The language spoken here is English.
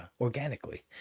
organically